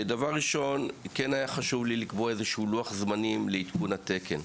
דבר ראשון: כן חשוב לי לקבוע לוח זמנים לעדכון התקן,